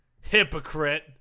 Hypocrite